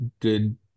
good